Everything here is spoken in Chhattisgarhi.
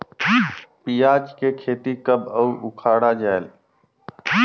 पियाज के खेती कब अउ उखाड़ा जायेल?